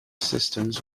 systems